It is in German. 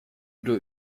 oder